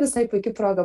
visai puiki proga